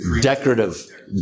decorative